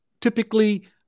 typically